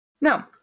no